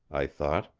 i thought.